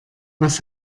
was